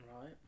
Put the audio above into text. right